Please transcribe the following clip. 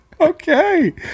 Okay